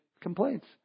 complaints